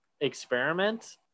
experiment